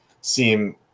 seem